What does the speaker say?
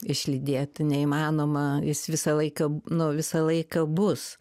išlydėti neįmanoma jis visą laiką nu visą laiką bus